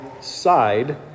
side